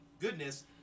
goodness